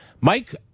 Mike